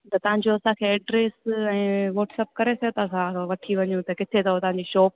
त तव्हांजो असांखे एड्रेस ऐं वाट्सप करे छॾो त असां वठी वञूं त किथे अथव तव्हांजी शॉप